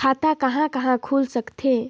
खाता कहा कहा खुल सकथे?